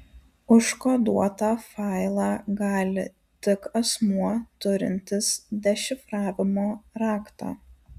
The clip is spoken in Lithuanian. užkoduotą failą gali tik asmuo turintis dešifravimo raktą